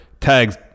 tags